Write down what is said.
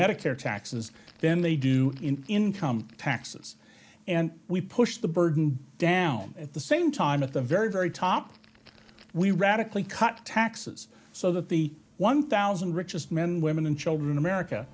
medicare taxes then they do in income taxes and we pushed the burden down at the same time at the very very top we radically cut taxes so that the one thousand richest men women and children in america